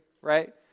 right